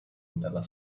dalla